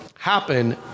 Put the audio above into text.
happen